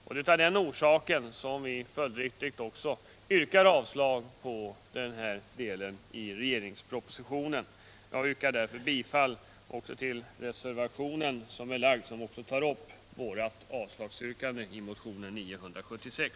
Det är av den orsaken som vi avstyrker denna del av regeringspropositionen. Jag yrkar därför bifall till reservationen, vars yrkande innebär avstyrkande på samma punkt som vi avstyrker i vår motion 976.